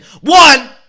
one